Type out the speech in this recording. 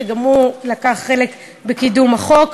שגם הוא לקח חלק בקידום החוק.